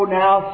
now